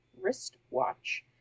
wristwatch